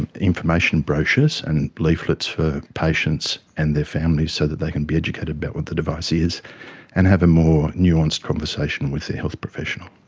and information brochures and leaflets for patients and their families so that they can be educated about what the device is and have more nuanced conversation with their health professional.